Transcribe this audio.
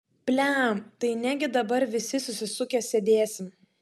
pliam tai negi dabar visi susisukę sėdėsim